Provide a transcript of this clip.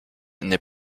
n’est